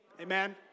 amen